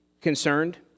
concerned